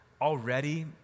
Already